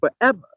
forever